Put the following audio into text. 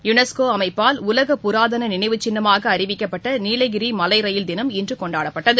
UNESCO அமைப்பால் உலக புராதன நினைவுச் சின்னமாக அறிவிக்கப்பட்ட நீலகிரி மலை ரயில் தினம் இன்று கொண்டாடப்பட்டது